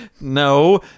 No